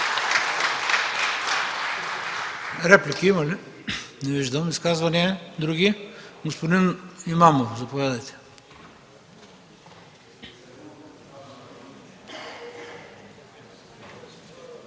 Реплики има ли? Не виждам. Други изказвания? Господин Имамов, заповядайте.